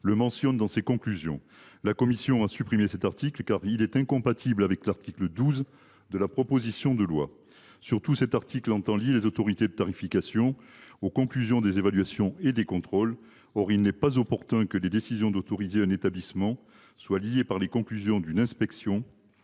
le mentionne dans ses conclusions. La commission l’a supprimé. D’abord, cet article est incompatible avec l’article 12 de la proposition de loi. Surtout, l’article tend à lier les décisions des autorités de tarification aux conclusions des évaluations et des contrôles. Or il n’est pas opportun que les décisions d’autoriser un établissement dépendent des conclusions d’une inspection